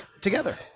together